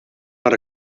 not